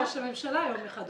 בשאיפתו להיות ראש הממשלה יום אחד.